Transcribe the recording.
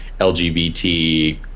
LGBT